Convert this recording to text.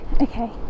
okay